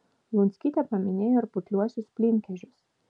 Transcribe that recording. lunskytė paminėjo ir putliuosius plynkežius